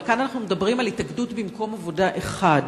כאן אנחנו מדברים על התאגדות במקום עבודה אחד,